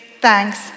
thanks